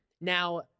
Now